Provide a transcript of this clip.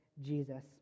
Jesus